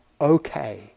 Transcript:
okay